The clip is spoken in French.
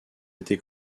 été